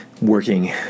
working